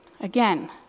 again